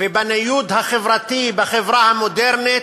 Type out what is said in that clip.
בניוד החברתי בחברה המודרנית,